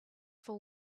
for